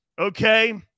okay